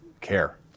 care